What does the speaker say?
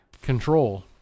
Control